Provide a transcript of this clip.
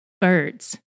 birds